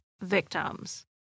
victims